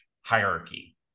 hierarchy